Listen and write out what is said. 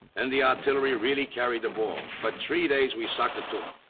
and the artillery really carried the ball, for three days we socked it to em.